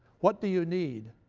what do you need,